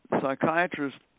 psychiatrists